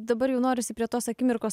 dabar jau norisi prie tos akimirkos